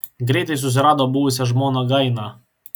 greitai susirado buvusią žmoną gainą